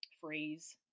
phrase